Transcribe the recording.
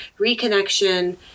reconnection